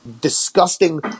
disgusting